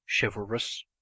Chivalrous